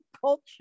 culture